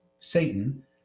satan